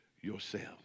yourselves